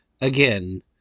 Again